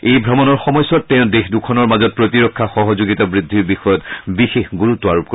এই ভ্ৰমণৰ সময়ছোৱাত তেওঁ দেশ দুখনৰ মাজত প্ৰতিৰক্ষা সহযোগিতা বৃদ্ধিৰ বিষয়ত বিশেষ গুৰুত্ব আৰোপ কৰিব